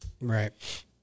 Right